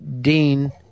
Dean